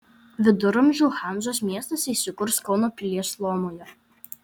viduramžių hanzos miestas įsikurs kauno pilies lomoje